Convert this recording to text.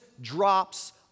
drops